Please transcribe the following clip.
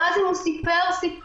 ואז אם הוא סיפר סיפור,